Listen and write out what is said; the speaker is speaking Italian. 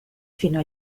fino